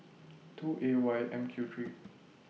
two A Y M Q three